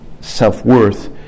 self-worth